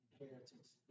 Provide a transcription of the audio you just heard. inheritance